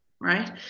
Right